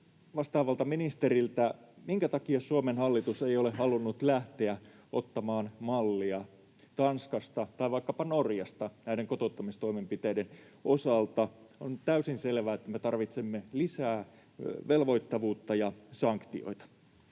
vastaavalta ministeriltä: minkä takia Suomen hallitus ei ole halunnut lähteä ottamaan mallia Tanskasta tai vaikkapa Norjasta näiden kotouttamistoimenpiteiden osalta? On täysin selvä, että me tarvitsemme lisää velvoittavuutta ja sanktioita.